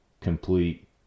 complete